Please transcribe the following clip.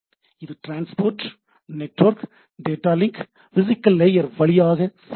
இது transport network data link physical layer வழியாக செல்கிறது